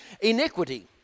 iniquity